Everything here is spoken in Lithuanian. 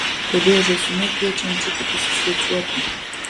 kodėl žąsinai kviečia ančiuką pasisvečiuoti